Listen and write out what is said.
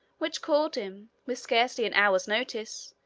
which called him, with scarcely an hour's notice,